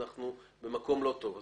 אנחנו במקום לא טוב.